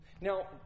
Now